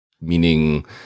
meaning